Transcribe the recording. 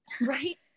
right